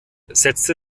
setzte